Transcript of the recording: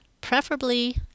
preferably